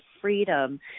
freedom